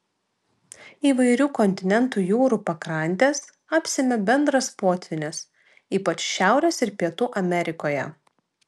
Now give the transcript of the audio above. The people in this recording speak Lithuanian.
įvairių kontinentų jūrų pakrantes apsemia bendras potvynis ypač šiaurės ir pietų amerikoje